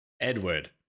Edward